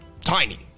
Tiny